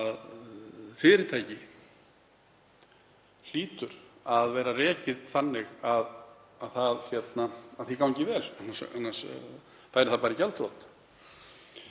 Fyrirtæki hlýtur að vera rekið þannig að það gangi vel, annars færi það bara í gjaldþrot.